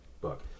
book